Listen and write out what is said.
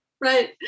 right